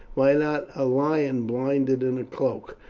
why not a lion blinded in a cloak?